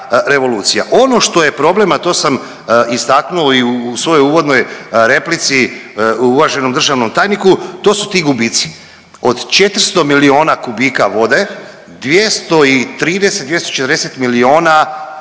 Ono što je problem, a to sam istaknuo i u svojoj uvodnoj replici uvaženom državnom tajniku, to su ti gubici. Od 400 milijuna kubika vode, 230, 240 milijuna